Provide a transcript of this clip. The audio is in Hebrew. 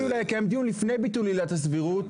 אולי לקיים דיון לפני ביטול עילת הסבירות,